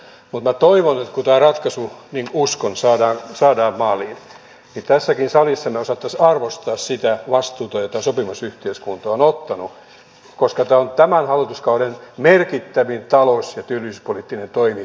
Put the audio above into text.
mutta minä toivon ja uskon että kun tämä ratkaisu saadaan maaliin niin tässäkin salissa me osaisimme arvostaa sitä vastuuta jota sopimusyhteiskunta on ottanut koska tämä on onnistuessaan tämän hallituskauden merkittävin talous ja työllisyyspoliittinen toimi